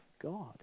God